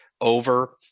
over